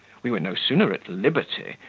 we were no sooner at liberty,